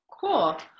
cool